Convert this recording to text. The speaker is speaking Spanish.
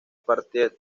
partenón